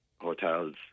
hotels